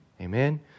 Amen